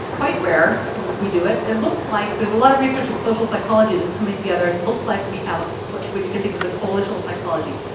quite rare we do it, it looks like there's a lot of research in social psychology that's coming together, it looks like we have what you can think of as a coalitional psychology,